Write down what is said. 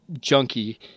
junkie